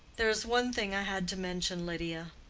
there is one thing i had to mention, lydia.